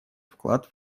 вклад